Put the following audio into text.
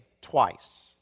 twice